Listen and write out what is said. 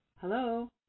Hello